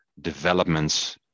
developments